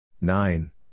nine